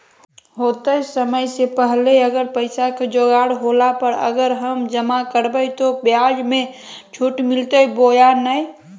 होतय समय से पहले अगर पैसा के जोगाड़ होला पर, अगर हम जमा करबय तो, ब्याज मे छुट मिलते बोया नय?